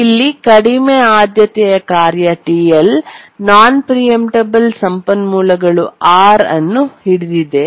ಇಲ್ಲಿ ಕಡಿಮೆ ಆದ್ಯತೆಯ ಕಾರ್ಯ TL ನಾನ್ ಪ್ರಿಯಂಟಬಲ್ ಸಂಪನ್ಮೂಲಗಳು R ಅನ್ನು ಹಿಡಿದಿದೆ